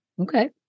Okay